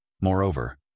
Moreover